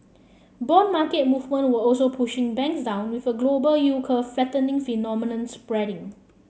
bond market movement were also pushing banks down with a global yield curve flattening phenomenon spreading